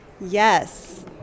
Yes